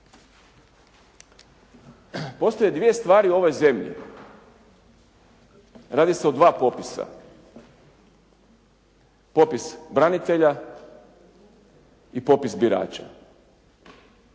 postoje dvije stvari u ovoj zemlji, radi se o dva popisa, popis branitelja i popis birača,